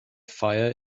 fire